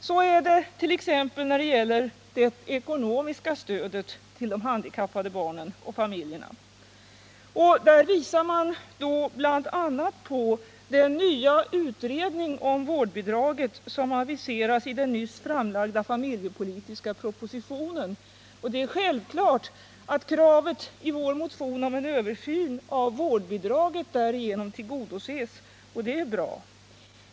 Så är det t.ex. när det gäller det ekonomiska stödet till de handikappade barnen och deras familjer. Där visar utskottet bl.a. på den nya utredning om vårdbidraget som aviseras i den nyss framlagda familjepolitiska propositionen. Självfallet tillgodoses därigenom vårt krav på en översyn av vårdbidraget, och det är bra.